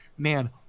Man